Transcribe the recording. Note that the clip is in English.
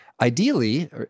ideally